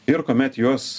ir kuomet jos